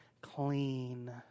clean